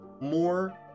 more